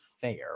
Fair